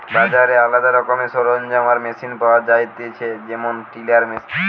বাজারে আলদা রকমের সরঞ্জাম আর মেশিন পাওয়া যায়তিছে যেমন টিলার ইত্যাদি